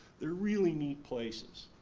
they're really neat places.